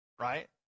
Right